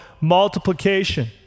multiplication